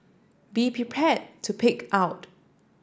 be prepared to pig out